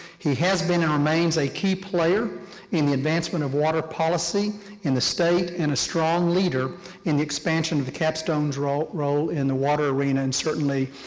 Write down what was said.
he has been and remains a key player in the advancement of water policy in the state and a strong leader in the expansion of the capstone's role role in the water arena and certainly,